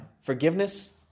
forgiveness